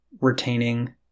retaining